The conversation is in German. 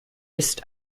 ist